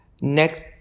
next